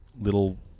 Little